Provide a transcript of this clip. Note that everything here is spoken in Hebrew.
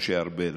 משה ארבל,